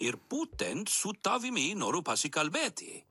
ir būtent su tavimi noriu pasikalbėti